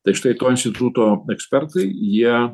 tai štai to instituto ekspertai jie